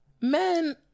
men